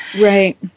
Right